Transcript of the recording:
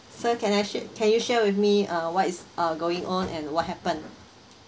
sir can I sh~ can you share with me uh what is uh going on and what happened